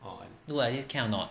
do like this can a not